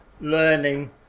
learning